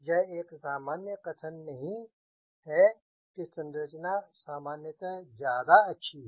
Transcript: यह एक सामान्य कथन नहीं है कि संरचना सामान्यतः ज्यादा अच्छी है